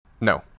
No